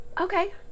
Okay